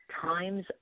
Time's